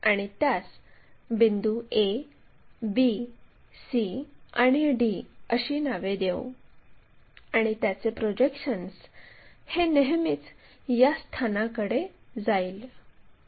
आणि त्यास बिंदू a b c आणि d अशी नावे देऊ आणि त्याचे प्रोजेक्शन्स हे नेहमीच या स्थानाकडे जाईल